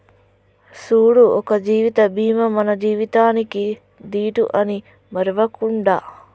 సూడు ఒక జీవిత బీమా మన జీవితానికీ దీటు అని మరువకుండు